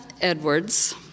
Edwards